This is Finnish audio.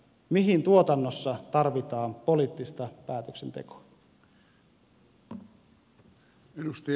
mihin tuotannossa tarvitaan poliittista päätöksentekoa